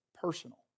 personal